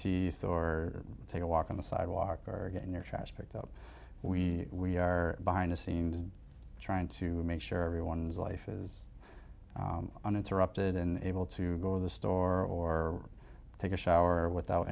teeth or take a walk on the sidewalk or get in their trash picked up we are behind the scenes trying to make sure everyone's life is uninterrupted and able to go in the store or take a shower without